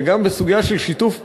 וגם בסוגיה של שיתוף פעולה,